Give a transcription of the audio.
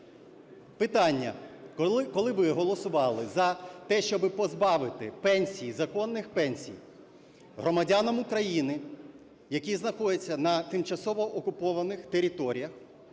Питання. Коли ви голосували за те, щоби позбавити пенсій, законних пенсій, громадян України, які знаходяться на тимчасово окупованих територіях,